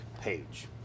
page